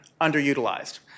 underutilized